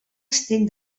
estén